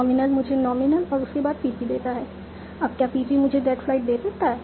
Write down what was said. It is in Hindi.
नॉमिनल मुझे नॉमिनल और उसके बाद PP देता है अब क्या PP मुझे दैट फ्लाइट दे सकता है